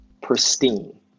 pristine